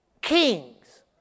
Kings